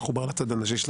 רק לחברי הנשיאות,